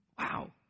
Wow